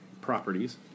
properties